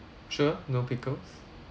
sure no pickles